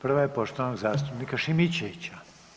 Prva je poštovanog zastupnika Šimičevića.